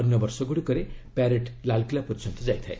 ଅନ୍ୟ ବର୍ଷ ଗୁଡ଼ିକରେ ପ୍ୟାରେଡ୍ ଲାଲ୍କିଲା ପର୍ଯ୍ୟନ୍ତ ଯାଇଥାଏ